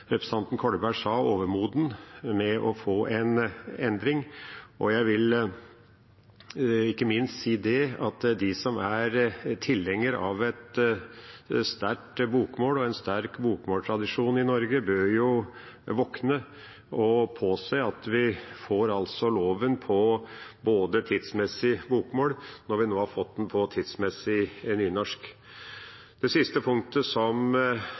ikke minst si at de som er tilhengere av et sterkt bokmål og en sterk bokmålstradisjon i Norge, bør våkne og påse at vi får loven på tidsmessig bokmål når vi nå har fått den på tidsmessig nynorsk. Det siste punktet som